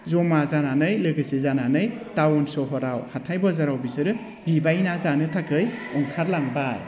जमा जानानै लोगोसे जानानै टाउन सहराव हाथाय बाजाराव बिसोरो बिबायना जानो थाखाय ओंखारलांबाय